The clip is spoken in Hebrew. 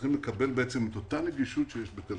יקבלו את אותה נגישות שיש בתל-אביב.